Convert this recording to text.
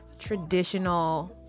traditional